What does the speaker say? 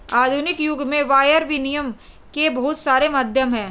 आधुनिक युग में वायर विनियम के बहुत सारे माध्यम हैं